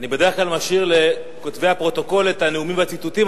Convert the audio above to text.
אני בדרך כלל משאיר לכותבי הפרוטוקול את הנאומים והציטוטים,